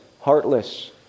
heartless